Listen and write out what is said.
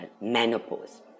menopause